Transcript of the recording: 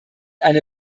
eine